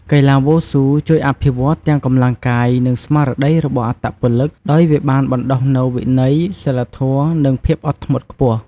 កីឡាវ៉ូស៊ូជួយអភិវឌ្ឍទាំងកម្លាំងកាយ និងស្មារតីរបស់អត្តពលិកដោយវាបានបណ្ដុះនូវវិន័យ សីលធម៌ និងភាពអត់ធ្មត់ខ្ពស់។